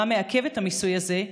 מה מעכב את המיסוי הזה?